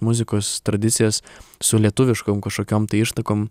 muzikos tradicijas su lietuviškom kažkokiom tai ištakom